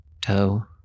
toe